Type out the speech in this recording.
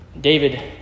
David